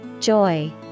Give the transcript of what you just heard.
Joy